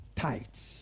tights